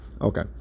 Okay